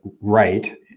right